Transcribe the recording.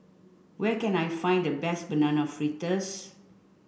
where can I find the best banana fritters